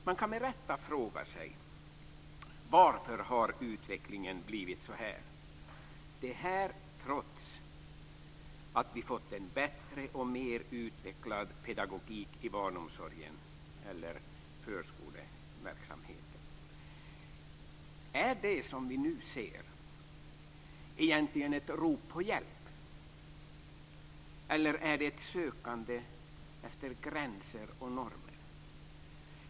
Man kan med rätta fråga sig: Varför har utvecklingen blivit så här? Detta trots att vi fått en bättre och mer utvecklad pedagogik i barnomsorgen, eller förskoleverksamheten. Är det som vi nu ser egentligen ett rop på hjälp, eller är det ett sökande efter gränser och normer?